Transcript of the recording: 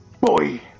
Boy